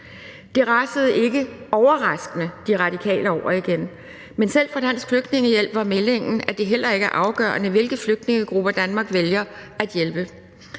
De Radikale ikke overraskende over igen. Men selv fra Dansk Flygtningehjælp var meldingen, at det heller ikke er afgørende, hvilke flygtningegrupper Danmark vælger at hjælpe.